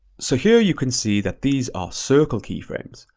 so here you can see that these are circle keyframes.